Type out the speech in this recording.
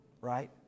Right